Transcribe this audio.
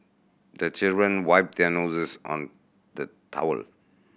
the children wipe their noses on the towel